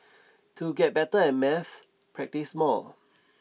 to get better at maths practise more